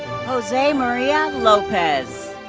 josemaria lopez.